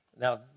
Now